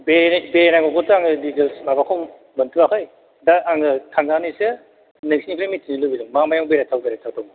बे बेरायनायखौथ' आङो डिटेइल्स माबाखौ मोनथ'आखै दा आङो थांनानैसो नोंसिनिफ्राय मिथिनो लुबैदों मा मायाव बेरायथाव बेरायथाव